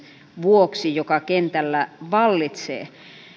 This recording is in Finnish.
vuoksi joka kentällä vallitsee